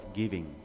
giving